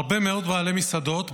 הרבה מאוד בעלי מסעדות,